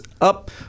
up